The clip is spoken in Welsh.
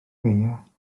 beiau